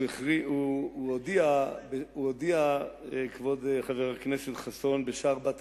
הוא הודיע, כבוד חבר הכנסת חסון, בשער בת רבים,